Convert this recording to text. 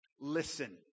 Listen